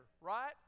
right